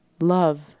Love